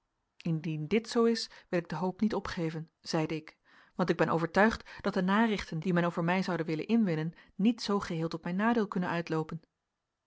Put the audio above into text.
indien dit zoo is wil ik de hoop niet opgeven zeide ik want ik ben overtuigd dat de narichten die men over mij zoude willen inwinnen niet zoo geheel tot mijn nadeel kunnen uitloopen